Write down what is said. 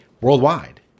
worldwide